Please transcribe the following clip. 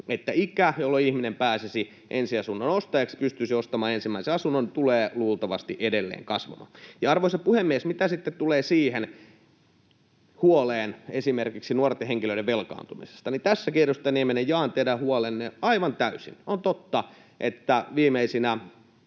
että ikä, jolloin ihminen pääsisi ensiasunnon ostajaksi ja pystyisi ostamaan ensimmäisen asunnon, tulee luultavasti edelleen kasvamaan. Arvoisa puhemies! Mitä sitten tulee siihen huoleen esimerkiksi nuorten henkilöiden velkaantumisesta, niin tässäkin, edustaja Nieminen, jaan teidän huolenne aivan täysin. On totta, että viimeisinä